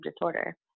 disorder